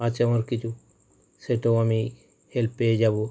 আছে আমার কিছু সেটাও আমি হেল্প পেয়ে যাবো